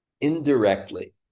indirectly